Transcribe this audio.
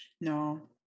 no